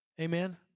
Amen